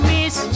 Miss